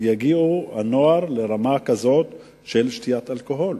הנוער יגיע לרמה כזאת של שתיית אלכוהול.